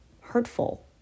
hurtful